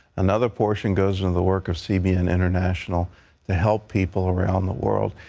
another portion goes into the work of cbn international to help people around the world.